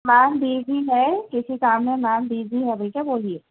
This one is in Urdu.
میم بیزی ہے کسی کام میں میم بیزی ہے ابھی تک بولیے